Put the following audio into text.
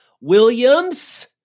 Williams